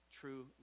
true